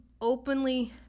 openly